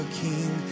king